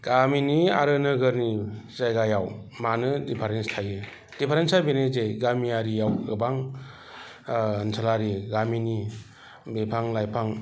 गामिनि आरो नोगोरनि जायगायाव मानो डिफारेन्स थायो डिफारेन्सा बेनोजे गामियारिआव गोबां ओनसोलारिनि गामिनि बिफां लाइफां